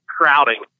crowding